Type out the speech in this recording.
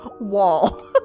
wall